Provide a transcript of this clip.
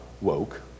woke